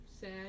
sad